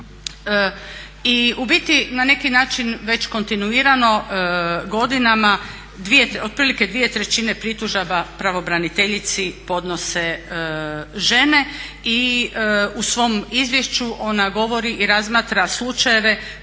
I u biti na neki način već kontinuirano godinama otprilike dvije trećine pritužaba pravobraniteljci podnose žene i u svom izvješću ona govori i razmatra slučajeve